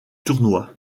tournoi